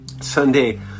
Sunday